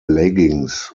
leggings